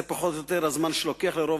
זה פחות או יותר הזמן שלוקח לרוב